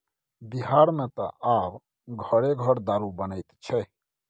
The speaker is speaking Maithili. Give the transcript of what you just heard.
बिहारमे त आब घरे घर दारू बनैत छै